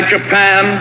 Japan